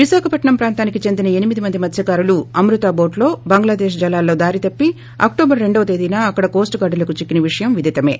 విశాఖపట్సం ప్రాంతానికి చెందిన ఎనిమిది మంది మత్స్కారులు అమృత బోట్ లో బంగ్లాదేశ్ జలాల్లో దారితప్పి అక్టోబర్ రెండో తేదీన అక్కడ కోస్ట్ గార్డ్ లకు చిక్కిన విషయం విధితమే